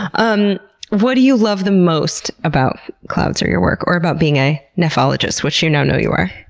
um what do you love the most about clouds or your work? or about being a nephologist, which you now know you are?